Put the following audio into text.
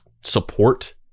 support